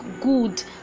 good